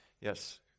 Yes